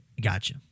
Gotcha